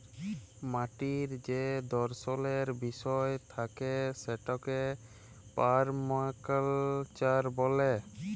মাটির যে দর্শলের বিষয় থাকে সেটাকে পারমাকালচার ব্যলে